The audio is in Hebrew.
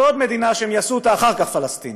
ועוד מדינה שהם יעשו אותה אחר כך פלסטינית.